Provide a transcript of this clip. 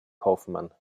kaufmann